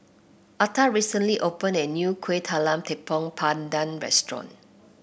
Atha recently opened a new Kuih Talam Tepong Pandan Restaurant